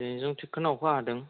जोंनिथिं थिगखोना अखा हादों